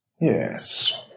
yes